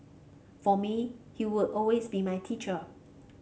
for me he would always be my teacher